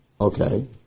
Okay